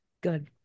good